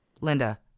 Linda